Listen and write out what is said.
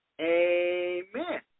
Amen